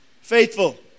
Faithful